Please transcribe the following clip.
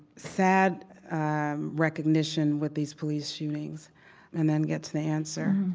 sad recognition with these police shootings and then get to the answer.